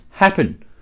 happen